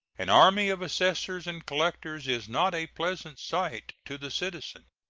an army of assessors and collectors is not a pleasant sight to the citizen,